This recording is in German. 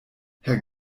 herr